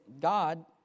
God